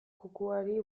kukuari